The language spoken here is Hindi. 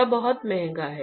यह बहुत महंगा है